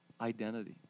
identity